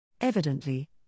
Evidently